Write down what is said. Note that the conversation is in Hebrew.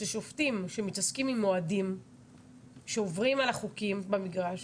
ששופטים שמתעסקים עם אוהדים שעוברים על החוקים במגרש,